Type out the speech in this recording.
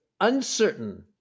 uncertain